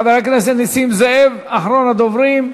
חבר הכנסת נסים זאב, אחרון הדוברים.